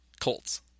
Colts